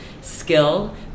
skill